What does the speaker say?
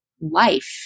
life